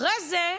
אחרי זה,